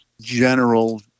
general